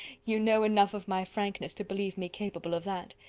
you know enough of my frankness to believe me capable of that.